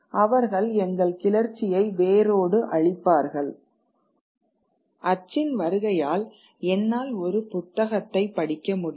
அவர்கள் எங்கள் கிளர்ச்சியை வேரோடு அழிப்பார்கள் அச்சின் வருகையால் என்னால் ஒரு புத்தகத்தைப் படிக்க முடியும்